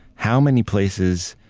how many places